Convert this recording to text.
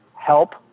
help